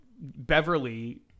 Beverly